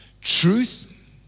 Truth